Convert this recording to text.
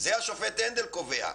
זה השופט הנדל קובע,